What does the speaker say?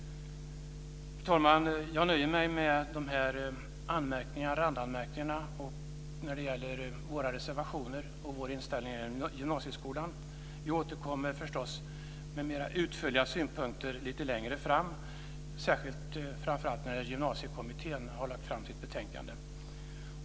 Fru talman! Jag nöjer mig med de här randanmärkningarna när det gäller våra reservationer och vår inställning till gymnasieskolan. Vi återkommer förstås med mer utförliga synpunkter lite längre fram, framför allt när Gymnasiekommittén har lagt fram sitt betänkande.